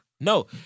No